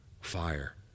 fire